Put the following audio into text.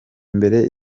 imbere